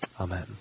Amen